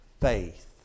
faith